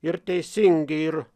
ir teisingi ir